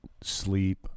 sleep